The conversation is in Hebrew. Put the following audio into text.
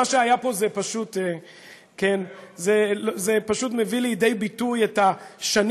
מה שהיה פה זה פשוט מביא לידי ביטוי את השנים